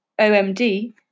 OMD